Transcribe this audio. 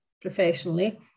professionally